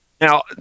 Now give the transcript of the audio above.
now